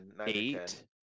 eight